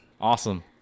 Awesome